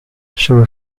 sono